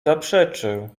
zaprzeczył